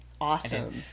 Awesome